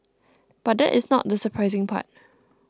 but there is not the surprising part